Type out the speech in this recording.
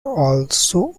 also